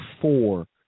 four